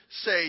say